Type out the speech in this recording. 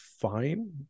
fine